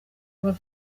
kuba